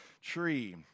tree